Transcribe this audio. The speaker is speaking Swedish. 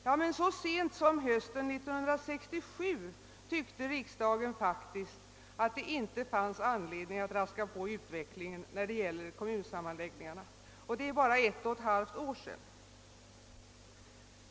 Ja, men så sent som hösten 1967 tyckte riksdagen faktiskt att det inte fanns anledning att skynda på utvecklingen mot kommunsammanläggningar, och det är bara ett och ett halvt år sedan.